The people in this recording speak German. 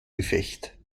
gefecht